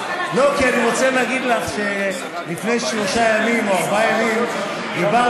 אני רוצה להגיד לך שלפני שלושה ימים או ארבעה ימים דיברנו,